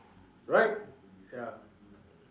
right ya